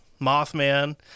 Mothman